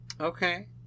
okay